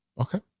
Okay